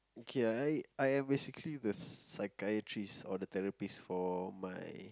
okay I I am basically the psychiatrist or the therapist for my